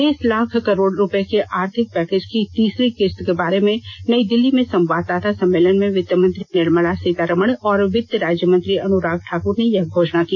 बीस लाख करोड रुपये के आर्थिक पैकेज की तीसरी किस्त के बारे में नई दिल्ली में संवाददाता सम्मेलन में वित्तमंत्री निर्मला सीतारामन और वित्त राज्यमंत्री अनुराग ठाकर ने यह घोषणा की